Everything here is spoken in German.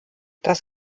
das